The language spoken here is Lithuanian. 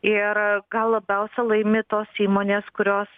ir gal labiausia laimi tos įmonės kurios